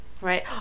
Right